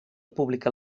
pública